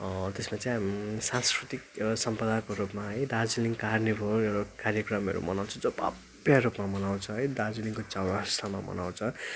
त्यसमा चाहिँ सांस्कृतिक एउटा सम्पदाको रूपमा है दार्जिलिङ कार्निभल एउटा कार्यक्रमहरू मनाउँछ जो भव्य रूपमा मनाउँछ है दार्जिलिङको चौरास्तामा मनाउँछ